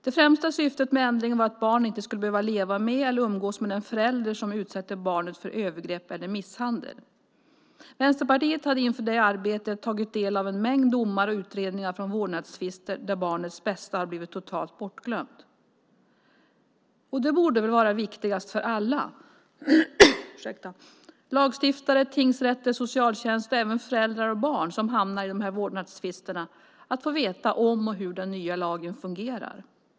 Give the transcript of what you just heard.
Det främsta syftet med ändringen var att barn inte skulle behöva leva med eller umgås med en förälder som utsätter barnet för övergrepp eller misshandel. Vänsterpartiet hade inför det arbetet tagit del av en mängd domar och utredningar från vårdnadstvister där barnets bästa hade blivit totalt bortglömt. Det borde väl vara viktigast för alla - lagstiftare, tingsrätter, socialtjänst och även föräldrar och barn som hamnar i vårdnadstvisterna - att få veta om och hur den nya lagen fungerar.